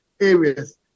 areas